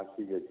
ଠିକ ଅଛି